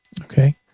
Okay